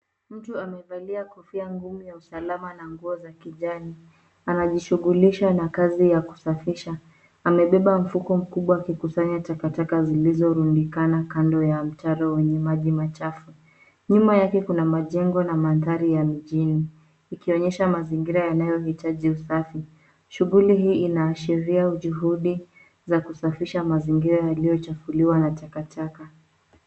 Mtu amevalia kofia ngumu ya usalama na nguo za kijani. Anajishughulisha na kazi ya kusafisha. Amebeba mfuko mkubwa akikusanya takataka zilizorundikana kando ya mtaro wenye maji machafu. Nyuma yake kuna majengo na mandhari ya mjini, ikionyesha mazingira yanayohitaji usafi. Shughuli hii inaashiria juhudi za kusafisha mazingira yaliyochafuliwa na takataka.